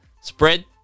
Spread